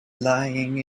lying